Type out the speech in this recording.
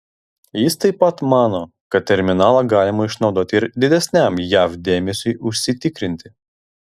jis taip pat mano kad terminalą galima išnaudoti ir didesniam jav dėmesiui užsitikrinti